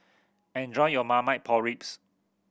enjoy your Marmite Pork Ribs